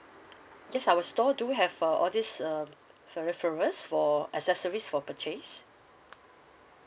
yes our store do have uh all this uh peripherals for accessories for purchase